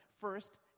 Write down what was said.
First